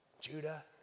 judah